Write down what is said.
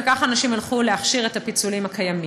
וכך אנשים ילכו להכשיר את הפיצולים הקיימים.